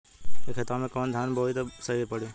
ए खेतवा मे कवन धान बोइब त सही पड़ी?